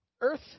Earth